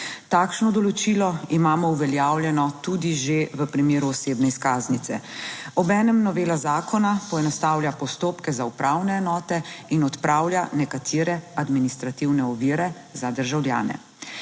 Takšno določilo imamo uveljavljeno tudi že v primeru osebne izkaznice. Obenem novela zakona poenostavlja postopke za upravne enote in odpravlja nekatere administrativne ovire za državljane.